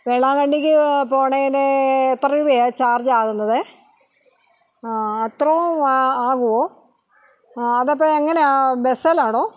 വേളാങ്കണ്ണിക്ക് പോവുന്നതിന് എത്ര രൂപയാണ് ചാർജ് ആകുന്നതേ അത്രയും ആകുമോ ആ അതപ്പം എങ്ങനെയാണ് ബസ്സിലാണോ